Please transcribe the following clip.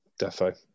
defo